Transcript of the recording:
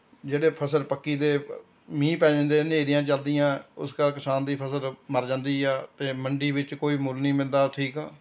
ਜਿਹੜੇ ਫਸਲ ਪੱਕੀ 'ਤੇ ਮੀਹ ਪੈ ਜਾਂਦੇ ਹਨੇਰੀਆਂ ਚਲਦੀਆਂ ਉਸ ਕਰਕੇ ਕਿਸਾਨ ਦੀ ਫਸਲ ਮਰ ਜਾਂਦੀ ਆ ਅਤੇ ਮੰਡੀ ਵਿੱਚ ਕੋਈ ਮੁੱਲ ਨਹੀਂ ਮਿਲਦਾ ਠੀਕ ਆ